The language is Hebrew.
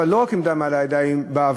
אבל לא רק עם דם על הידיים בעבר,